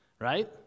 right